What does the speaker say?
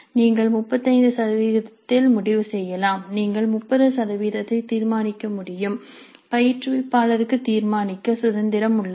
நீங்கள் 35 இல் முடிவு செய்யலாம் நீங்கள் 30 சதவீதத்தை தீர்மானிக்க முடியும் பயிற்றுவிப்பாளருக்கு தீர்மானிக்க சுதந்திரம் உள்ளது